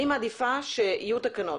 אני מעדיפה שיהיו תקנות,